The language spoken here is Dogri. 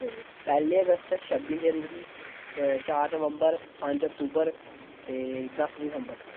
पैह्ली अगस्त छब्बी जनवरी ते चार नवबंर पंज अक्तूबर ते दस दिसम्बर